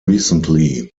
recently